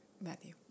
Matthew